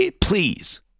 Please